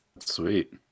Sweet